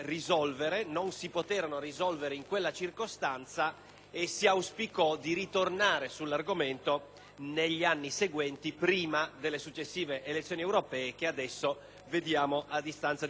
negli anni seguenti, prima delle successive elezioni europee, che si svolgeranno tra pochi mesi. Le vicende politiche e parlamentari di quei cinque anni hanno